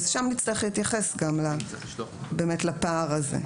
שם נצטרך להתייחס גם לפער הזה,